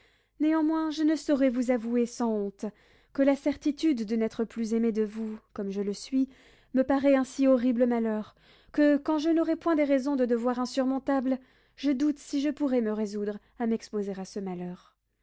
néanmoins je ne saurais vous avouer sans honte que la certitude de n'être plus aimée de vous comme je le suis me paraît un si horrible malheur que quand je n'aurais point des raisons de devoir insurmontables je doute si je pourrais me résoudre à m'exposer à ce malheur